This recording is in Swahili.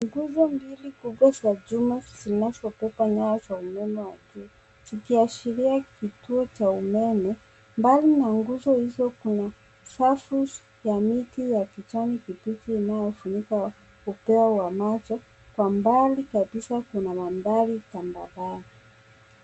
Nguzo mbili kubwa za juu zinazobeba nyaya za umeme wa juu, zikiashiria kituo cha umeme. Mbali na nguzo hizo kuna safu za miti ya kijani kibichi inayofunika upeo wa macho. Kwa mbali kabisa kuna mandhari tambarare.